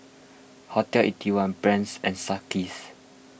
Hotel Eighty One Brand's and Sunkist